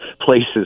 places